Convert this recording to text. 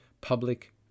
public